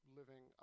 living